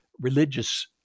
religious